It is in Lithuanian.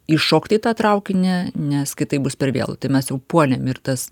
įšokt į tą traukinį nes kitaip bus per vėlu tai mes jau puolėm ir tas